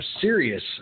serious